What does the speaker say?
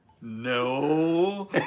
No